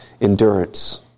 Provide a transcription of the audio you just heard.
endurance